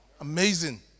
Amazing